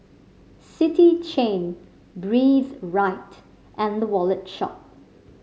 City Chain Breathe Right and The Wallet Shop